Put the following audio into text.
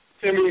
Timmy